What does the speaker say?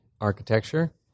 architecture